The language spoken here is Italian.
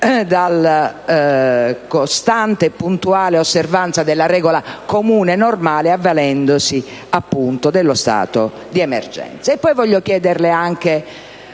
dalla costante e puntuale osservanza della regola comune e normale, avvalendosi, appunto, dello stato di emergenza.